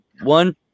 One